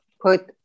put